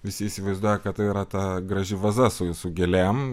visi įsivaizduoja kad tai yra ta graži vaza su su gėlėm